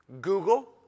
Google